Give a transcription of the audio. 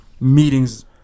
meetings